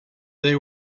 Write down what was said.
they